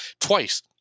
twice